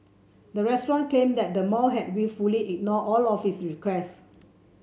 the restaurant claimed that the mall had wilfully ignored all of its requests